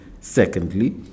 Secondly